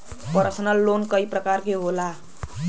personal loan कई परकार के होला